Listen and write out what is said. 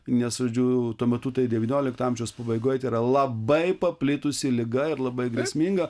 nes žodžiu tuo metu tai devyniolikto amžiaus pabaigoj tai yra labai paplitusi liga ir labai grėsminga